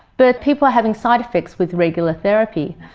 but people are having side-effects with regular therapy.